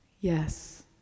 yes